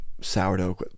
sourdough